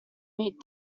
meet